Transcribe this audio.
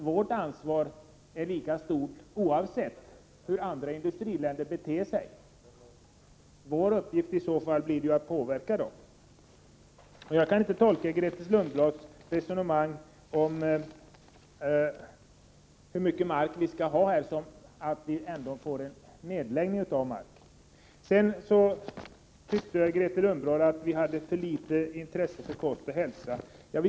Vårt ansvar är ju lika stort oavsett hur andra industriländer beter sig. Vår uppgift blir i så fall att påverka dem. Jag kan inte tolka Grethe Lundblads resonemang om hur mycket åkermark som skall vara kvar på annat sätt än att vi ändå får en nedläggning av mark. Sedan tyckte Grethe Lundblad att vi har för litet intresse för kost och hälsa.